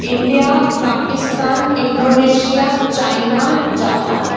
India Pakistan Indonesia China Japan